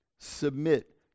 submit